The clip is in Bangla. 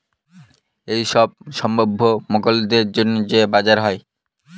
এইসব সম্ভাব্য মক্কেলদের জন্য যে বাজার হয়